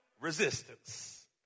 resistance